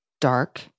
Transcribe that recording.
dark